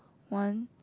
one